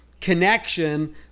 connection